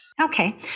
Okay